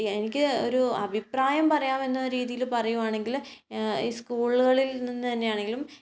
എനിക്ക് ഒരു അഭിപ്രായം പറയാം എന്ന രീതിയിൽ പറയുകയാണെങ്കിൽ ഈ സ്കൂളുകളിൽ നിന്ന് തന്നെയാണെങ്കിലും